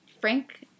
Frank